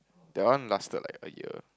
that one lasted like a year